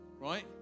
Right